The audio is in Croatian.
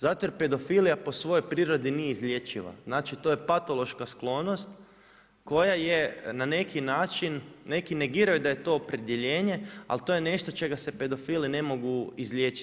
Zato jer pedofilija po svojoj prirodi nije izlječiva znači to je patološka sklonost koja je na neki način, neki negiraju da je to opredjeljenje, ali to je nešto čega se pedofili ne mogu izliječiti.